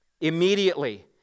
Immediately